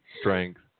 strength